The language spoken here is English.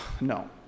no